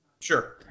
Sure